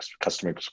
customer